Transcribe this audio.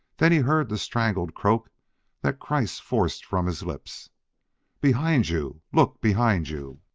then he heard the strangled croak that kreiss forced from his lips behind you look behind you!